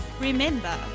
Remember